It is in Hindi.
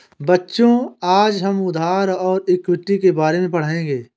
बच्चों आज हम उधार और इक्विटी के बारे में पढ़ेंगे